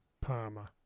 Palmer